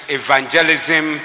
evangelism